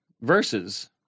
verses